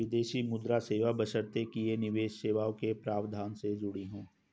विदेशी मुद्रा सेवा बशर्ते कि ये निवेश सेवाओं के प्रावधान से जुड़ी हों